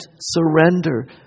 Surrender